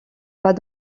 pas